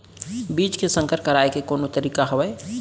बीज के संकर कराय के कोनो तरीका हावय?